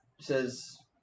says